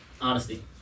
honesty